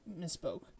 misspoke